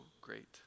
great